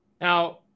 now